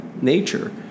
nature